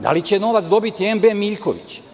Dal i će novac dobiti MB "Miljković"